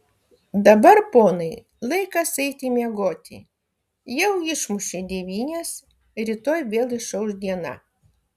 dabar ponai laikas eiti miegoti jau išmušė devynias rytoj vėl išauš diena